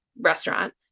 restaurant